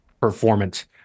performance